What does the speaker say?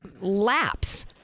lapse